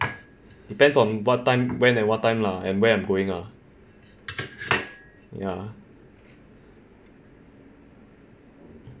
depends on what time when at what time lah and we're going ah yeah